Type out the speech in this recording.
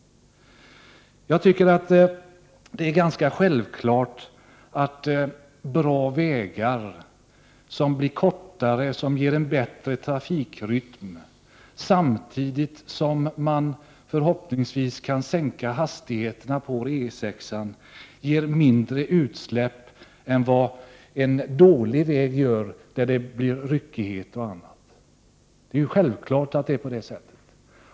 Jag tycker att det är ganska självklart att dra vägar som blir kortare och ger en bättre trafikrytm samtidigt som hastigheten förhoppningsvis kan sänkas på E 6, vilket leder till mindre utsläpp än en dålig väg där trafikrytmen blir ryckig. Det är självklart att det är på det sättet.